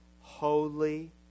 holy